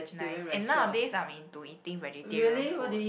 nice and nowadays I'm into eating vegetarian food